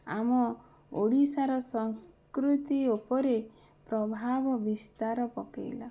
ଆମ ଓଡ଼ିଶାର ସଂସ୍କୃତି ଉପରେ ପ୍ରଭାବ ବିସ୍ତାର ପକାଇଲା